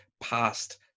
past